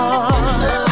love